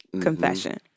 confession